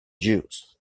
jews